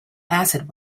acid